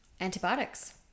Antibiotics